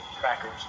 crackers